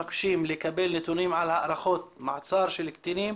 ומבקשים לקבל נתונים על הארכות מעצר של קטינים